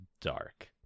dark